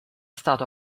stato